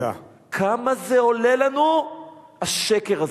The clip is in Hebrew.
כמה זה עולה לנו השקר הזה?